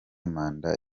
manda